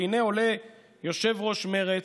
והינה עולה יושב-ראש מרצ,